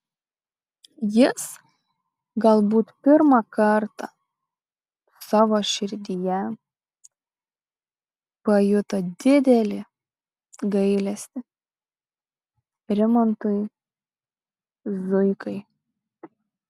jis galbūt pirmą kartą savo širdyje pajuto didelį gailestį rimantui zuikai